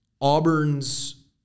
Auburn's